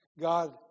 God